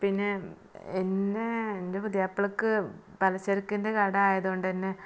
പിന്നെ എന്നെ എന്റെ പുയ്യാപ്ലക്ക് പലചരക്കിന്റെ കടയായത് കൊണ്ട് തന്നെ